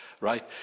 Right